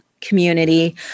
community